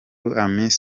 amis